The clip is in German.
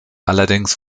allerdings